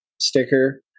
sticker